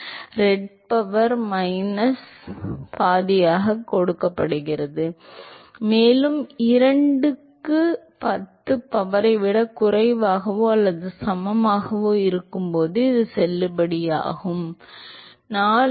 316 ஆல் ரெட் power minus பாதியாக கொடுக்கப்படுகிறது மேலும் இது 2 க்கு 10 பவரை விட குறைவாகவோ அல்லது சமமாகவோ இருக்கும்போது இந்த செல்லுபடியாகும் 4